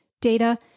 data